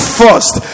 first